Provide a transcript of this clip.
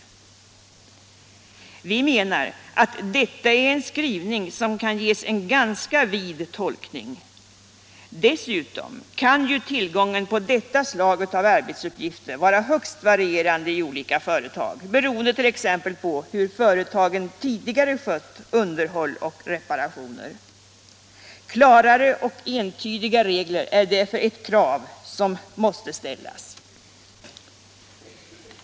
mulerande åtgär Vi menar att detta är en skrivning som kan ges en ganska vid tolkning. der, m.m. Dessutom kan ju tillgången på sådana arbetsuppgifter vara högst varierande i olika företag beroende på t.ex. hur företagen tidigare skött underhåll och reparationer. Klara och entydiga regler är därför ett krav som måste ställas.